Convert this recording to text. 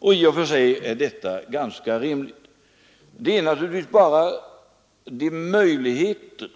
Och i och för sig är detta ganska rimligt. Men vi skall ge akt på möjligheterna